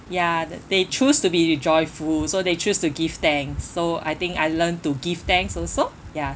ya they choose to be joyful so they choose to give thanks so I think I learnt to give thanks also ya